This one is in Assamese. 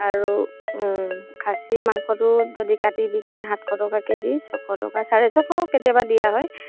আৰু খাচী মাংসটো যদি কাটি বিকে সাতশ টকা কেজি ছশ টকা চাৰে ছশ কেতিয়াবা দিয়া হয়